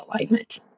alignment